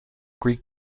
greek